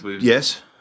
Yes